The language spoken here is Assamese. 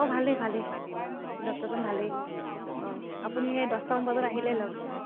অঁ ভালেই ভালেই ডক্টৰজন ভালেই অঁ আপুনি সেই দহটামান বজাত আহিলে লগ